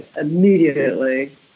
immediately